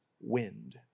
wind